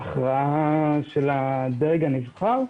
והכרעה של הדרג הנבחר.